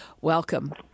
Welcome